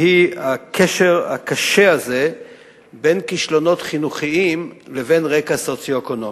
והיא הקשר הקשה הזה בין כישלונות חינוכיים לבין רקע סוציו-אקונומי.